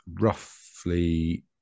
roughly